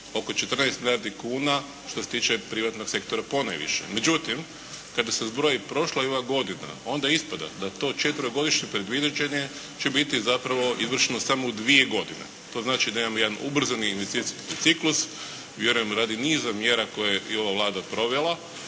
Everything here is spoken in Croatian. oko 14 milijardi kuna što se tiče privatnog sektora ponajviše. Međutim, kada se zbroji prošla i ova godina onda ispada da to četverogodišnje predviđanje će biti zapravo izvršeno samo u dvije godine. To znači da imamo jedan ubrzani investicijski ciklus i vjerujemo radi niza mjera koje je i ova Vlada provela,